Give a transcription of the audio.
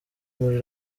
muri